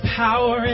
power